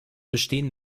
bestehen